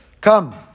Come